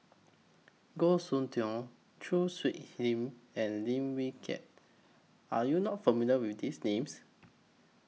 Goh Soon Tioe Choo Hwee Lim and Lim Wee Kiak Are YOU not familiar with These Names